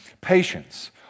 patience